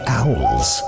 owls